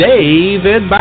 David